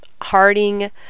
harding